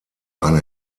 eine